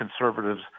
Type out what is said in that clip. conservatives